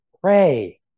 Pray